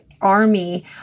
army